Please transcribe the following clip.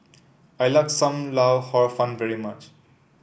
I like Sam Lau Hor Fun very much